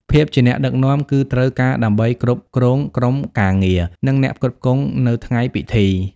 ភាពជាអ្នកដឹកនាំ គឺត្រូវការដើម្បីគ្រប់គ្រងក្រុមការងារ និងអ្នកផ្គត់ផ្គង់នៅថ្ងៃពិធី។